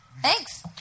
Thanks